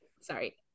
sorry